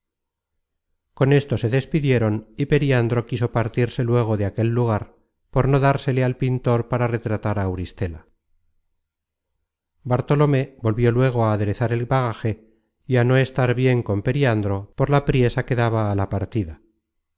con esto se despidieron y periandro quiso partirse luego de aquel lugar por no dársele al pintor para retratar á auristela bartolomé volvió luego á aderezar el bagaje y á no estar bien con periandro por la priesa que daba a la partida